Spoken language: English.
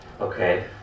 Okay